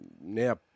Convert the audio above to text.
now